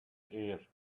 air